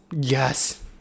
Yes